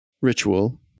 ritual